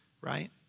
right